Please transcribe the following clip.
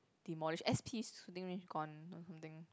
demolished S_P shooting range gone or something